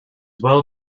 well